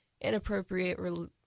inappropriate